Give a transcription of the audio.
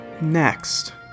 Next